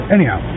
Anyhow